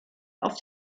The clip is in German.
auf